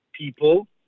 people